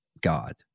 God